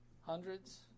Hundreds